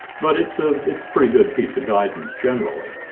but it's a it's pretty good piece of guidance generally,